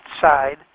side